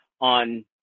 on